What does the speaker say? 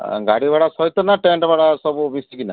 ଗାଡ଼ି ଭଡ଼ା ସହିତ ନା ଟେଣ୍ଟ୍ ଭଡ଼ା ସବୁ ମିଶିକିନା